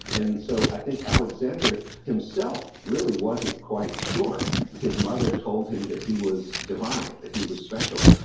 and so, i think alexander himself, really wasn't quite sure. but his mother told him that he was divine, that he was special.